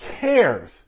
cares